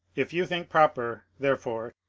if you think proper, therefore,